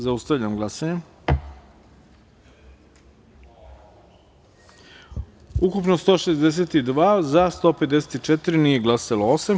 Zaustavljam glasanje: Ukupno – 162, za – 154, nije glasalo – osam.